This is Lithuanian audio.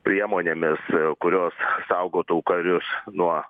priemonėmis kurios saugotų karius nuo